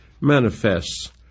manifests